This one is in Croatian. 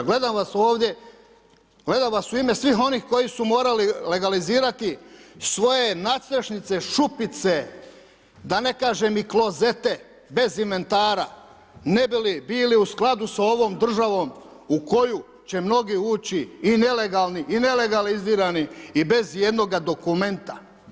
Gledam vas ovdje, gledam vas u ime svih onih koji su morali legalizirati svoje nadstrešnice, šupice, da ne kažem i klozete, bez inventara, ne bi li bili u skladu s ovom državom u koji će mnogi ući i nelegalni i nelegalizirani i bez ijednoga dokumenta.